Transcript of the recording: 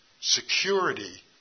security